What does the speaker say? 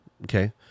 Okay